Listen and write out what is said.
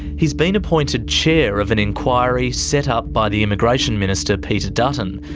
he's been appointed chair of an inquiry set up by the immigration minister, peter dutton,